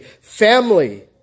family